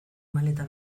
maleta